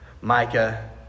Micah